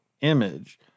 image